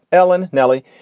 ellen. nelly.